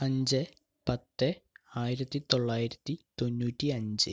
അഞ്ച് പത്ത് ആയിരത്തി തൊള്ളായിരത്തി തൊണ്ണൂറ്റി അഞ്ച്